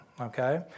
okay